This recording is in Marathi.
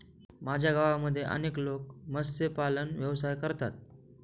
माझ्या गावामध्ये अनेक लोक मत्स्यपालन व्यवसाय करतात